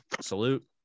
Salute